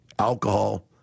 alcohol